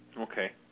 okay